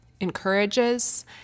encourages